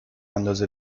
اندازه